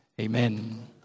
Amen